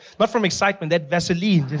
but from excitement, that vaseline.